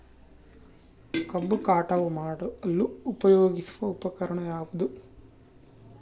ಕಬ್ಬು ಕಟಾವು ಮಾಡಲು ಉಪಯೋಗಿಸುವ ಉಪಕರಣ ಯಾವುದು?